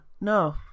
no